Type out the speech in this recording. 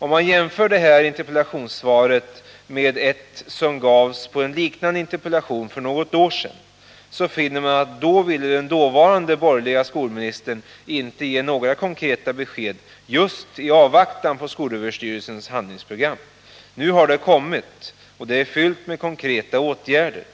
Om man jämför detta interpellationssvar med ett som gavs på en liknande interpellation för något år sedan, så finner man att vid det tillfället ville den dåvarande borgerliga skolministern inte ge några konkreta besked just i avvaktan på SÖ:s handlingsprogram. Nu har det kommit. Det är fyllt med konkreta åtgärder,